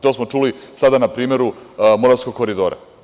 To smo čuli sada na primeru Moravskog koridora.